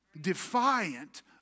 Defiant